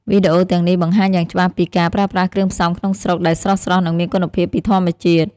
វីដេអូទាំងនេះបង្ហាញយ៉ាងច្បាស់ពីការ ប្រើប្រាស់គ្រឿងផ្សំក្នុងស្រុក ដែលស្រស់ៗ និងមានគុណភាពពីធម្មជាតិ។